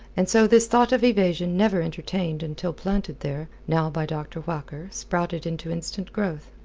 and so this thought of evasion never entertained until planted there now by dr. whacker sprouted into instant growth.